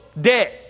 Dead